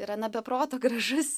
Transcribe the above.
yra na be proto gražus